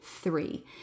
three